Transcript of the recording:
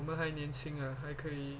我们还年轻啊还可以